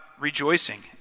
rejoicing